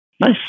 Nice